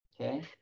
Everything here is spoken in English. okay